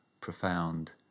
profound